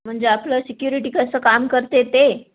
म्हणजे आपलं सिक्युरिटी कसं काम करते ते